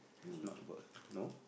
is not about no